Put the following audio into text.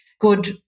good